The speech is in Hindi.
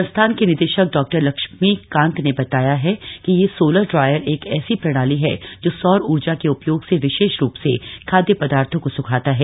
संस्थान के निदेशक डॉ लक्ष्मी कांत ने बताया है कि यह सोलर ड्रायर एक ऐसी प्रणाली है जो सौर ऊर्जा के उपयोग से विशेष रूप से खादय पदार्थो को सुखाता है